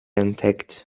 entdeckt